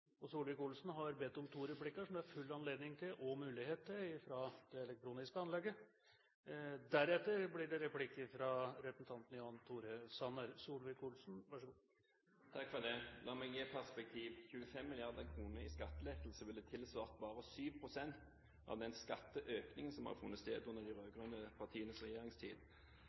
Solvik-Olsen. Solvik-Olsen har bedt om to replikker, som det er full anledning til og mulighet til fra det elektroniske anlegget. Deretter blir det to replikker fra representanten Jan Tore Sanner. La meg gi et perspektiv på dette: 25 mrd. kr i skattelettelser ville tilsvart bare 7 pst. av den skatteøkningen som har funnet sted i de rød-grønne partienes regjeringstid,